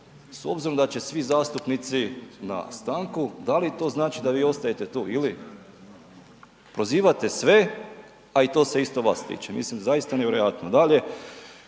S obzirom da će svi zastupnici na stanku, da li to znači da vi ostajete tu ili? Prozivate sve, a i to se isto vas tiče. Mislim zaista nevjerojatno. Dalje,